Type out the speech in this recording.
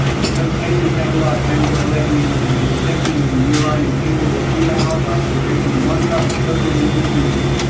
the cocaine metabolite benzoylecgonine can be detected in the urine of people a few hours after drinking one cup of coca leaf infusion.